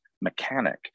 mechanic